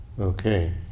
Okay